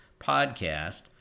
podcast